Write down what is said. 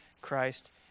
Christ